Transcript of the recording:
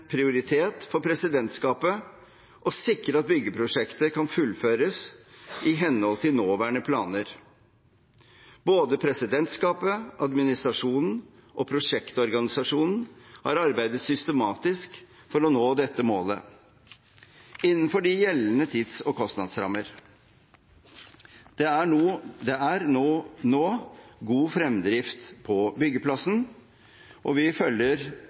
prioritet for presidentskapet å sikre at byggeprosjektet kan fullføres i henhold til nåværende planer. Både presidentskapet, administrasjonen og prosjektorganisasjonen har arbeidet systematisk for å nå dette målet innenfor de gjeldende tids- og kostnadsrammer. Det er nå god fremdrift på byggeplassen, og vi følger